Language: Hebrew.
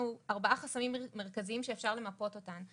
ארבע חסמים מרכזיים שאפשר למפות אותם.